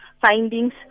findings